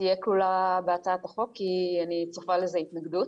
תהיה כלולה בהצעת החוק, כי אני צופה לזה התנגדות.